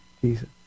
Jesus